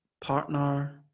partner